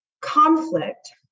conflict